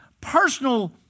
personal